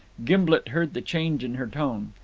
gimblet heard the change in her tone.